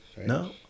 No